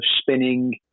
spinning